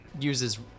uses